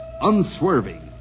Unswerving